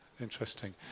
Interesting